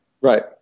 Right